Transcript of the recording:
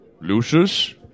Lucius